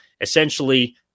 essentially